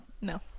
No